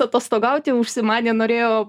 atostogauti užsimanė norėjo